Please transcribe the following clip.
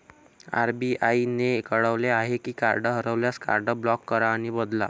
RBI ने कळवले आहे की कार्ड हरवल्यास, कार्ड ब्लॉक करा आणि बदला